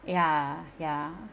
ya ya